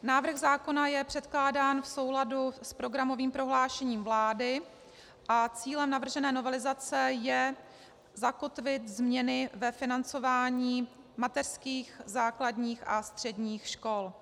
Návrh zákona je předkládán v souladu s programovým prohlášením vlády a cílem navržené novelizace je zakotvit změny ve financování mateřských, základních a středních škol.